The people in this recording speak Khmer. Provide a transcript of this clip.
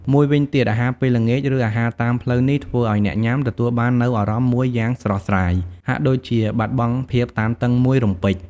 មួយវិញទៀត អាហារពេលល្ងាច ឬអាហារតាមផ្លូវនេះធ្វើឲ្យអ្នកញុាំទទួលបាននូវអារម្មណ៍មួយយ៉ាងស្រស់ស្រាយ ហាក់ដូចជាបាត់បង់ភាពតានតឹងមួយរំពេច។